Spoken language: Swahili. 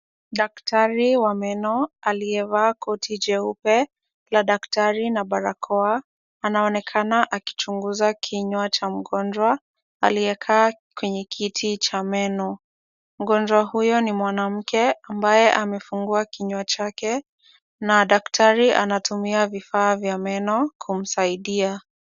Daktari wa meno aliyevaa koti jeupe la daktari na barakoa, anaonekana akichunguza kinywa cha mgonjwa aliyekaa kwenye kiti cha meno. Mgonjwa huyo ni mwanamke ambaye amefungua kinywa chake, na daktari anatumia vifaa vya meno kumsaidia.